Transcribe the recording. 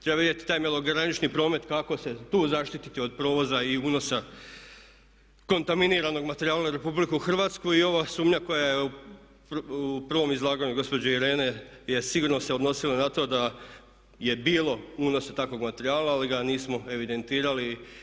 Treba vidjeti taj malogranični promet kako se tu zaštititi od provoza i unosa kontaminiranog materijala u Republiku Hrvatsku i ova sumnja koja je u prvom izlaganju gospođe Irene je sigurno se odnosila na to da je bilo unosa takvog materijala, ali ga nismo evidentirali.